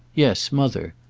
yes mother.